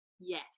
yes